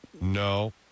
No